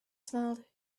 smiled